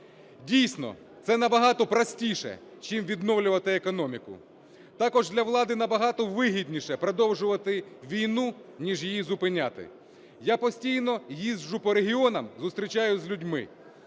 Дійсно, це набагато простіше, чим відновлювати економіку. Також для влади набагато вигідніше продовжувати війну, ніж її зупиняти. Я постійно їжджу по регіонам, зустрічаюсь з людьми,